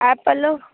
apple